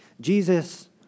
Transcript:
Jesus